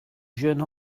jeune